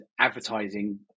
advertising